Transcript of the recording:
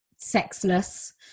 sexless